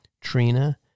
Trina